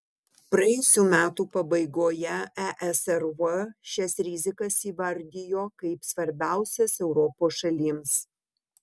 praėjusių metų pabaigoje esrv šias rizikas įvardijo kaip svarbiausias europos šalims